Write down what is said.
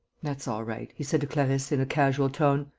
that's all right, he said to clarisse, in a casual tone.